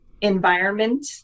environment